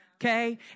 Okay